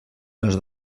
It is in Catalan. les